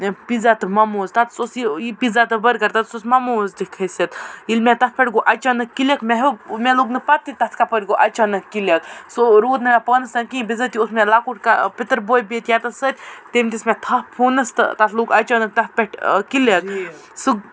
pizza تہٕ مَموز تَتَس اوس یہِ یہِ پیٖزا تہٕ بٔرگَر تَتَس اوس مَموز تہِ کھٔسِتھ ییٚلہِ مےٚ تَتھ پٮ۪ٹھ گوٚو اچانَک کِلِک مےٚ ہیوٚک مےٚ لوٚگ نہٕ پتہٕ تَتھ کَپٲرۍ گوٚو اچانَک کِلِک سُہ روٗد نہٕ مےٚ پانَس تام کِہیٖنۍ بِضٲتی اوس مےٚ لۄکُٹ کہ پِتُر بوے بِہِتھ یَتَس سۭتۍ تٔمۍ دِژ مےٚ تھپھ فونَس تہٕ تَتھ لوٚگ اچانَک تَتھ پٮ۪ٹھ کِلِک سُہ